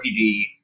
RPG